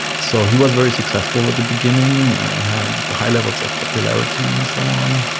so he was very successful at the beginning had high levels of popularity and so on.